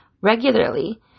regularly